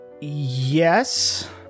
Yes